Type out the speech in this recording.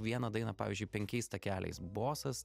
vieną dainą pavyzdžiui penkiais takeliais bosas